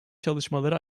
çalışmaları